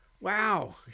Wow